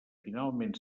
finalment